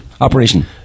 operation